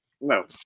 no